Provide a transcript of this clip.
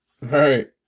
Right